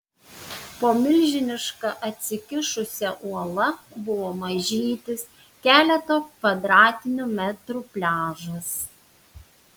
po milžiniška atsikišusia uola buvo mažytis keleto kvadratinių metrų pliažas